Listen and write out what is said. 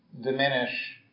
diminish